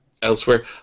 elsewhere